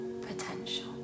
potential